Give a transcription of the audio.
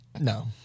no